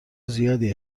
زیادی